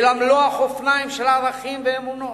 אלא מלוא החופניים של ערכים ואמונות.